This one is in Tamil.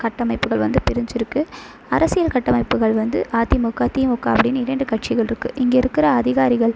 கட்டமைப்புகள் வந்து பிரிஞ்சுருக்கு அரசியல் கட்டமைப்புகள் வந்து ஆ தி மு க தி மு க அப்படின்னு இரண்டு கட்சிகள் இருக்கு இங்கே இருக்கிற அதிகாரிகள்